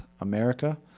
America